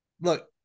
Look